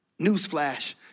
newsflash